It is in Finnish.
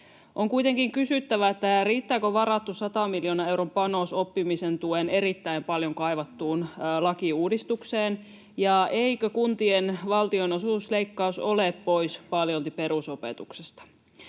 On kuitenkin kysyttävä: riittääkö varattu 100 miljoonan euron panos oppimisen tuen erittäin paljon kaivattuun lakiuudistukseen, ja eikö kuntien valtionosuusleikkaus ole paljolti pois perusopetuksesta?